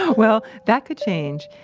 ah well, that could change,